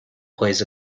plays